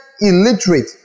illiterate